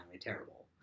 terrible